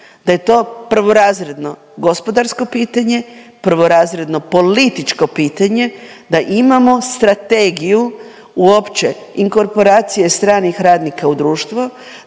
da je to prvorazredno gospodarsko pitanje, prvorazredno političko pitanje da imamo strategiju uopće inkorporacije stranih radnika u društvo,